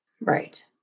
Right